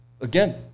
again